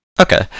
Okay